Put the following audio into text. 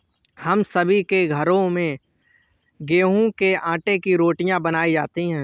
हम सभी के घरों में गेहूं के आटे की रोटियां बनाई जाती हैं